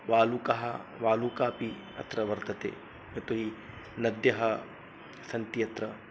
वालुकः वालुकापि अत्र वर्तते यतो हि नद्यः सन्ति अत्र